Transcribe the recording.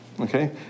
Okay